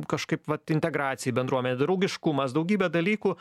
kažkaip vat integracija į bendruomenę draugiškumas daugybė dalykų